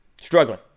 struggling